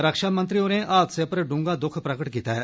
रक्षा मंत्री होरें हादसे उप्पर डूंहगा दुख प्रकट कीता ऐ